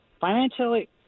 financially